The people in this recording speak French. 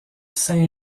saint